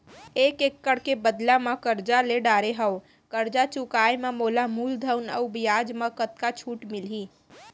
एक एक्कड़ के बदला म करजा ले डारे हव, करजा चुकाए म मोला मूलधन अऊ बियाज म कतका छूट मिलही?